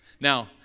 Now